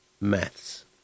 Maths